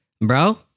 bro